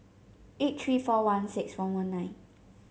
eight three four one six one one nine